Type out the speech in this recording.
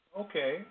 Okay